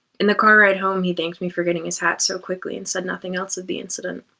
in the car ride home, he thanked me for getting his hat so quickly and said nothing else of the incident.